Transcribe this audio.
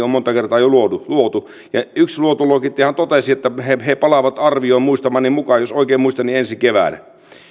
on monta kertaa jo luotu luotu yksi luottoluokittajahan totesi että he palaavat arvioon muistamani mukaan jos oikein muistan ensi keväänä